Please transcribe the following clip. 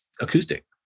acoustic